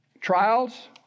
trials